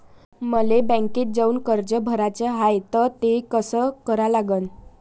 मले बँकेत जाऊन कर्ज भराच हाय त ते कस करा लागन?